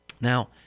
Now